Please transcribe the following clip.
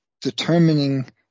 determining